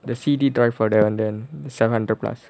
the C_D drive for the under seven hundred plus